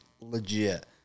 legit